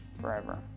forever